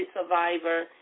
survivor